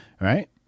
right